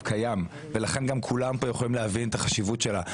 קיים ולכן גם כולם פה יכולים להבין את החשיבות שלה.